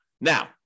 Now